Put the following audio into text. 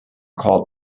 called